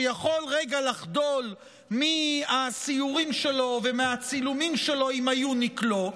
שיכול רגע לחדול מהסיורים שלו ומהצילומים שלו עם היוניקלו.